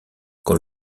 quand